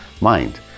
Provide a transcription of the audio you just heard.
mind